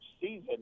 season